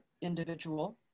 individual